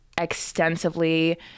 extensively